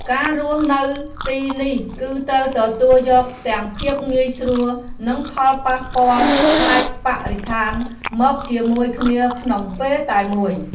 ការរស់នៅទីនេះគឺត្រូវទទួលយកទាំងភាពងាយស្រួលនិងផលប៉ះពាល់ផ្នែកបរិស្ថានមកជាមួយគ្នាក្នុងពេលតែមួយ។